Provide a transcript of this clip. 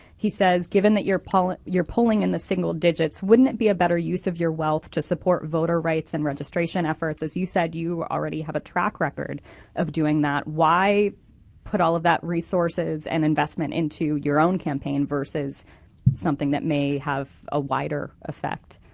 he says, given that you're you're polling in the single digits, wouldn't it be a better use of your wealth to support voter rights and registration efforts? as you said, you already have a track record of doing that. why put of that resources and investment into your own campaign versus something that may have a wider effect?